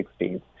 1960s